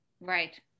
right